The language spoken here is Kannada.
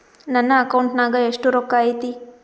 ನನ್ನ ಅಕೌಂಟ್ ನಾಗ ಎಷ್ಟು ರೊಕ್ಕ ಐತಿ?